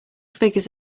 figures